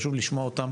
וחשוב לשמוע אותם